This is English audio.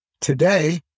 Today